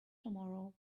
tomorrow